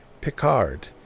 Picard